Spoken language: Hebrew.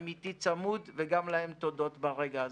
הם איתי צמוד, וגם להם תודות ברגע הזה.